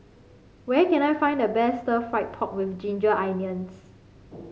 where can I find the best Stir Fried Pork with Ginger Onions